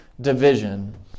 division